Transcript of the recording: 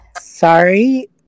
sorry